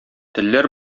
телләр